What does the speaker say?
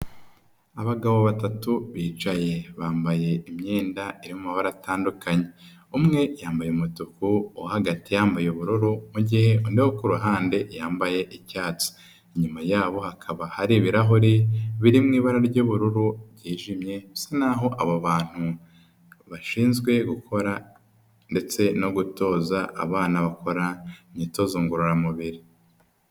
Abagabo batatu bicaye bambaye imyenda iri mu mabara atandukanye umwe yambaye umutuku, uwo hagati yambaye ubururu, mu gihe undi wo ku ruhande yambaye icyatsi, inyuma yabo hakaba ha ibirahure biri mu ibara ry'ubururu bwijimye bisa n'aho aba bantu bashinzwe gukora ndetse no gutoza abana bakora imyitozo ngorora mubiri.